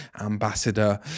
ambassador